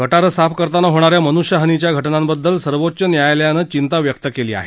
गटारं साफ करताना होणा या मनुष्यहानीच्या घटनांबद्दल सर्वोच्च न्यायालयानं चिंता व्यक्त केली आहे